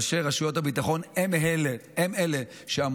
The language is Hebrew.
ראשי רשויות הביטחון הם אלה שאמונים,